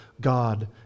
God